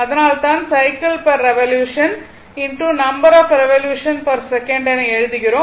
அதனால்தான் cycle per revolution number of revolution per second என எழுதுகிறோம்